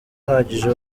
uhagije